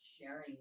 sharing